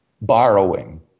borrowing